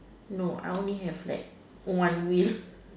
no I only have like one wheel